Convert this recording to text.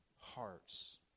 hearts